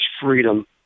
freedom